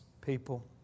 people